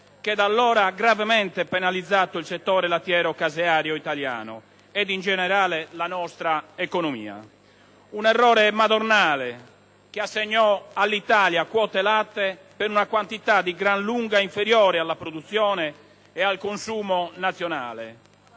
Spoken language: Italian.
che, da allora, ha gravemente penalizzato il settore lattiero-caseario italiano e, in generale, la nostra economia. Un errore madornale che assegnò all'Italia quote latte per una quantità di gran lunga inferiore alla produzione e al consumo nazionale.